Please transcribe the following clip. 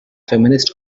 feminist